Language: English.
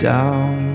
Down